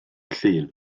llun